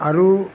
আৰু